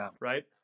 right